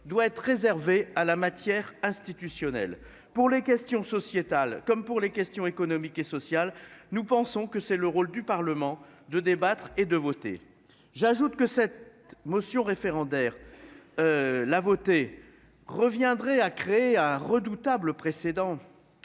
doit être réservé à la matière institutionnelle pour les questions sociétales, comme pour les questions économiques et sociales. Nous pensons que c'est le rôle du Parlement de débattre et de voter. J'ajoute que cette motion référendaire. La voter. Reviendrait à créer un redoutable. Précédent.